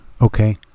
Okay